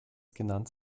genannt